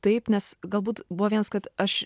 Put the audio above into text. taip nes galbūt buvo vienas kad aš